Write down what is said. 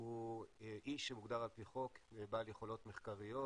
הוא איש שמוגדר על פי חוק בעל יכולות מחקריות,